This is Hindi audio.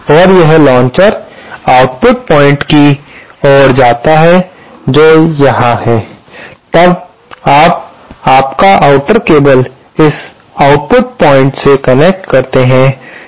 और वह लॉन्चर आउटपुट पॉइंट की ओर जाता है जो यहाँ है तब आप आपका आउटर केबल इस आउटपुट पॉइंट से कनेक्ट करते है